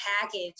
package